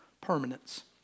permanence